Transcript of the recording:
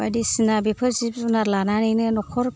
बायदिसिना बेफोर जिब जुनार लानानैनो नखर